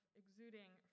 exuding